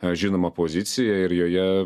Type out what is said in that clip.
a žinoma pozicija ir joje